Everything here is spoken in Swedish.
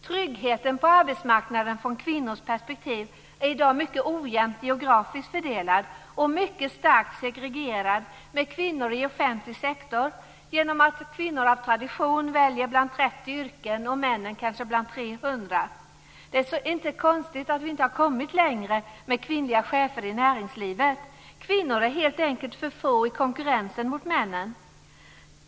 Tryggheten på arbetsmarknaden från kvinnors perspektiv är i dag mycket ojämnt geografiskt fördelad och mycket starkt segregerad med kvinnor i offentlig sektor, genom att kvinnor av tradition väljer bland 30 yrken och männen bland kanske 300. Det är inte så konstigt att vi inte kommit längre med kvinnliga chefer i näringslivet. Kvinnorna är helt enkelt för få i konkurrensen mot männen.